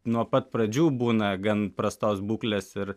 nuo pat pradžių būna gan prastos būklės ir